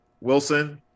Wilson